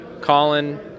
Colin